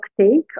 take